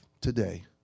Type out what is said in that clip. today